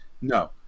no